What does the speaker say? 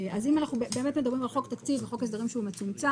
אז אם אנחנו מדברים על חוק תקציב וחוק הסדרים שהוא מצומצם,